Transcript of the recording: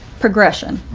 progression.